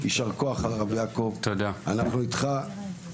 יישר כוח הרב יעקב, אנחנו איתך.